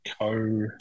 co